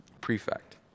prefect